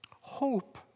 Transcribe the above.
Hope